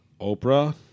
Oprah